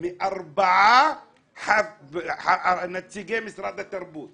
מארבעה נציגי משרד התרבות.